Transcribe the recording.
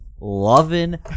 loving